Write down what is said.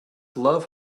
love